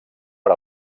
per